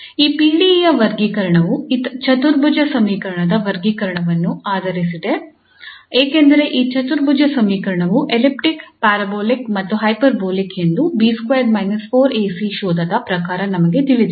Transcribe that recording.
ಈ PDE ಯ ವರ್ಗೀಕರಣವು ಈ ಚತುರ್ಭುಜ ಸಮೀಕರಣದ ವರ್ಗೀಕರಣವನ್ನು ಆಧರಿಸಿದೆ ಏಕೆಂದರೆ ಈ ಚತುರ್ಭುಜ ಸಮೀಕರಣವು ಎಲಿಪ್ಟಿಕ್ ಪ್ಯಾರಾಬೋಲಿಕ್ ಮತ್ತು ಹೈಪರ್ಬೋಲಿಕ್ ಎಂದು 𝐵2 − 4𝐴𝐶 ಶೋಧಕದ ಪ್ರಕಾರ ನಮಗೆ ತಿಳಿದಿದೆ